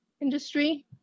industry